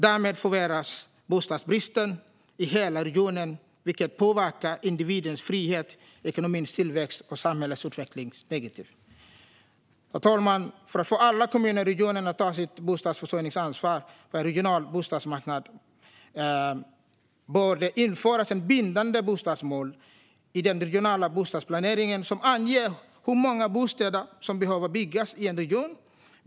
Därmed förvärras bostadsbristen i hela regionen, vilket påverkar individens frihet, ekonomins tillväxt och samhällets utveckling negativt. Herr talman! För att få alla kommuner i en region att ta sitt bostadsförsörjningsansvar på en regional bostadsmarknad bör det införas ett bindande bostadsmål i den regionala bostadsplaneringen som anger hur många bostäder som behöver byggas i en region.